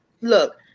Look